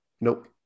Nope